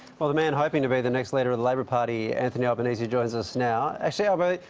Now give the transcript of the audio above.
well, the man hoping to be the next leader of the labor party, anthony albanese, joins us now. actually albo,